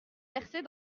verser